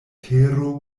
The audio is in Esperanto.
tero